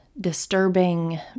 disturbing